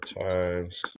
times